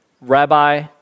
Rabbi